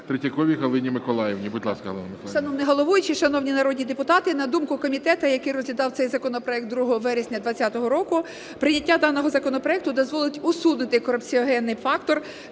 Третьяковій Галині Миколаївні. Будь ласка, Галина Миколаївна.